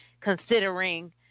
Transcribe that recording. considering